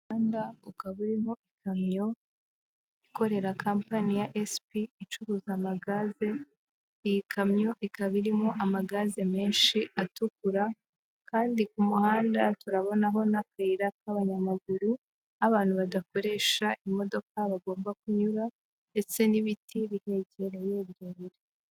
Umuhanda ukaba urimo ikamyo ikorera kampani ya SP, icuruza amagazi iyi kamyo ikaba irimo amagaze menshi atukura, kandi ku muhanda turabonaho n'akayira k'abanyamaguru nk'abantu badakoresha imodoka bagomba kunyura ndetse n'ibiti bihegereye birebire.